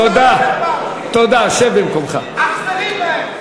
אכזרים הם.